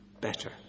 Better